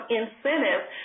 incentives